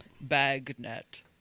Bagnet